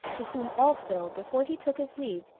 to whom also, before he took his leave,